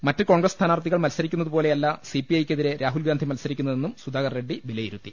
മറ്റ് കോൺഗ്രസ് സ്ഥാനാർത്ഥികൾ മത്സരിക്കുന്നതുപോലെ യല്ല C P I യ്ക്കെതിരെ Rahul Gandhi മത്സരിക്കുന്ന തെന്നും സുധാകർറെഡ്ഡി വിലയിരുത്തി